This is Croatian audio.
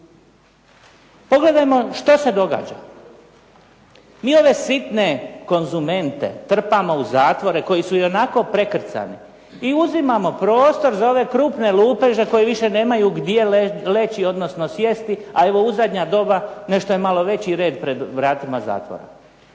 Pogledajmo što se događa. Mi ove sitne konzumente trpamo u zatvore koji su ionako prekrcani i uzimamo prostor za ove krupne lupeže koji više nemaju gdje leći, odnosno sjesti, a evo u zadnja doba nešto je malo veći red pred vratima zatvora.